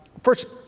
first,